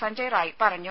സഞ്ജയ് റായ് പറഞ്ഞു